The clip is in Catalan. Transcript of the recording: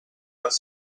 les